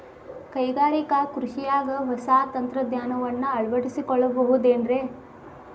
ಕೈಗಾರಿಕಾ ಕೃಷಿಯಾಗ ಹೊಸ ತಂತ್ರಜ್ಞಾನವನ್ನ ಅಳವಡಿಸಿಕೊಳ್ಳಬಹುದೇನ್ರೇ?